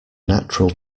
natural